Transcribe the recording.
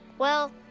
well,